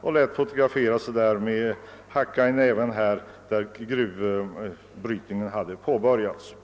och lät fotografera sig med hacka i näven, och därmed hade gruvbrytningen påbörjats.